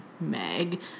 Meg